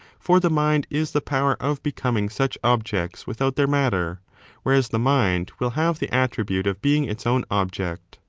for the mind is the power of becoming such objects without their matter whereas the mind will have the attribute of being its own object.